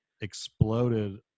exploded